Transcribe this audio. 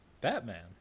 Batman